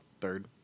third